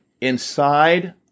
inside